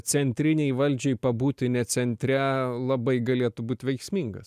centrinei valdžiai pabūti ne centre labai galėtų būt veiksmingas